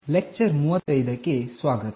lecture 35 ಕ್ಕೆ ಸ್ವಾಗತ